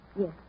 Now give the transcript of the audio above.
Yes